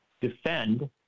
defend